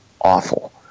awful